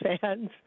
fans